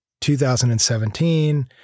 2017